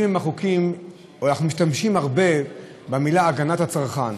אנחנו משתמשים הרבה במילים "הגנת הצרכן".